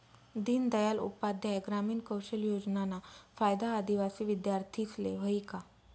दीनदयाल उपाध्याय ग्रामीण कौशल योजनाना फायदा आदिवासी विद्यार्थीस्ले व्हयी का?